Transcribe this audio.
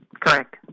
Correct